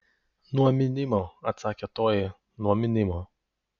nuo mynimo atsakė toji nuo mynimo